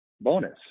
bonus